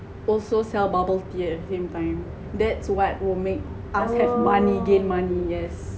also sell bubble tea at same time that's what will make us have money gain money yes